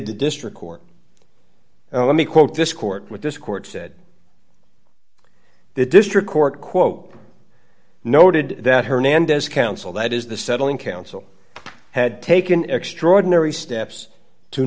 district court let me quote this court what this court said the district court quote noted that hernandez counsel that is the settling counsel had taken extraordinary steps to